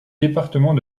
département